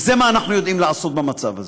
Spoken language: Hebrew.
וזה מה שאנחנו יודעים לעשות במצב הזה.